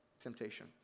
temptation